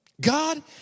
God